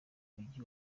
mujyi